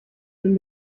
bin